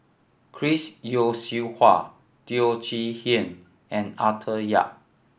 Chris Yeo Siew Hua Teo Chee Hean and Arthur Yap